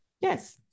Yes